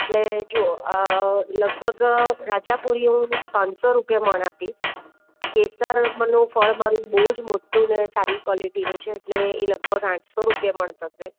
ને જો લગભગ રાજાપુરી હું પાંચસો રૂપિયા મણ આપીશ કેસરનું ફળ મારું બહુ જ મોટું ને સારી ક્વોલિટીનું છે એટલે એ લગભગ આઠસો રૂપિયા મણ થશે